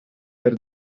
per